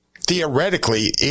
theoretically